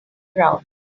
ground